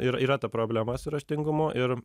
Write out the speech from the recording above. ir yra ta problema su raštingumu ir